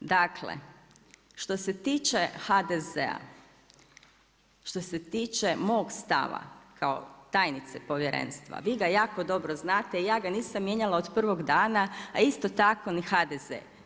Dakle, što se tiče HDZ-a, što se tiče mog stava kao tajnice Povjerenstva, vi ga jako dobro znate, ja ga nisam mijenjala od prvoga dana a isto tako ni HDZ.